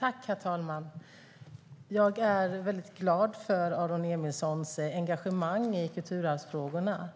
Herr talman! Jag är väldigt glad för Aron Emilssons engagemang i kulturarvsfrågorna.